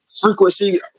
frequency